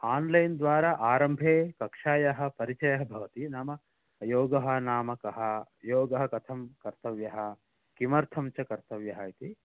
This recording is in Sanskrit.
आन्लैन् द्वारा आरम्भे कक्षायाः परिचयः भवति नाम योगः नाम कः योगः कथं कर्तव्यः किमर्थं च कर्तव्यः इति